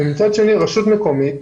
ומצד שני רשות מקומית,